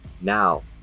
Now